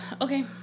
Okay